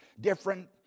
different